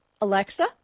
Alexa